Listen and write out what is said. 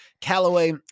Callaway